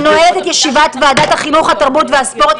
אני נועלת את ישיבת ועדת החינוך, התרבות והספורט.